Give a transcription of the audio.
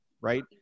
right